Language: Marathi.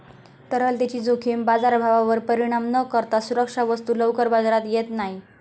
तरलतेची जोखीम बाजारभावावर परिणाम न करता सुरक्षा वस्तू लवकर बाजारात येत नाही